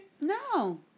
No